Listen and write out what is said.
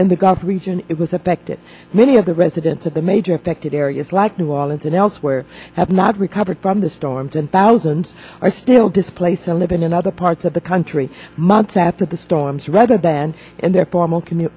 in the gulf region it was affected many of the residents of the major affected areas like new orleans and elsewhere have not recovered from the storms and thousands are still displaced and living in other parts of the country months after the storms rather than in their formal c